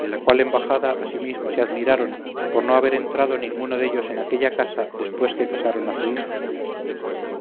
de la cual embajada asimismo se admiraron por no haber entrado ninguno dellos en aquella casa después que casaron a su hija